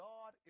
God